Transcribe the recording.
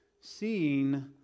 Seeing